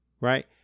Right